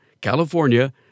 California